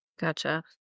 Gotcha